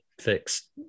fix